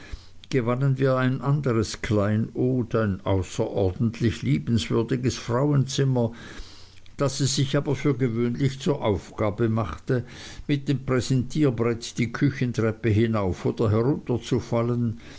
gewannen wir ein anderes kleinod ein außerordentlich liebenswürdiges frauenzimmer das es sich aber für gewöhnlich zur aufgabe machte mit dem präsentierbrett die küchentreppe hinauf oder herunterzufallen